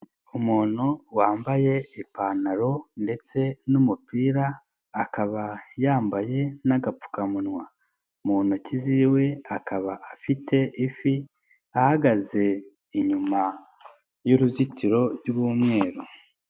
Umuntu wambaye ipantaro ndetse n'umupira, akaba yambaye n'agapfukamunwa mu ntoki ziwe akaba afite ifi ahagaze inyuma y'uruzitiro rw'umweru.